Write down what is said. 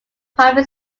primary